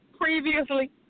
previously